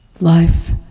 Life